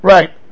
Right